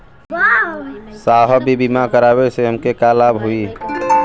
साहब इ बीमा करावे से हमके का लाभ होई?